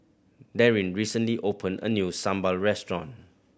Darin recently opened a new sambal restaurant